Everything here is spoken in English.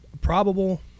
probable